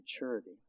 maturity